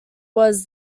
was